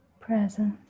Presence